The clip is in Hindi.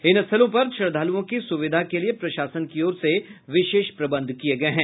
इन स्थलों पर श्रद्धालुओं की सुविधा के लिए प्रशासन की ओर से विशेष प्रबंध किये गए हैं